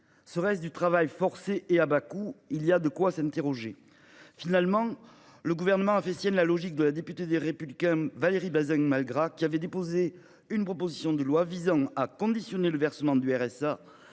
Serait ce du travail forcé et à bas coût ? Il y a de quoi s’interroger… Finalement, le Gouvernement a fait sienne la logique de la députée Les Républicains Valérie Bazin Malgras, qui avait déposé une proposition de loi visant à conditionner le versement du